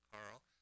Carl